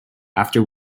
after